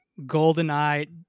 GoldenEye